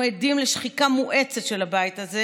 אנחנו עדים לשחיקה מואצת של הבית הזה,